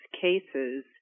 cases